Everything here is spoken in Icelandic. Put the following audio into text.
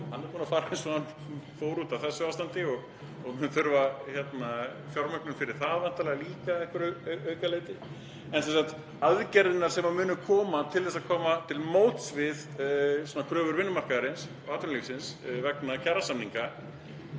hann er búinn að fara eins og hann fór út af þessu ástandi og mun þurfa fjármögnun fyrir það væntanlega líka að einhverju leyti, en sem sagt aðgerðirnar sem munu koma til að koma til móts við kröfur vinnumarkaðarins og atvinnulífsins vegna kjarasamninga